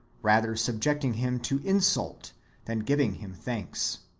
rather subjecting him to insult than giving him thanks.